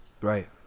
Right